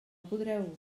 podreu